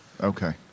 Okay